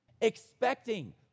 Expecting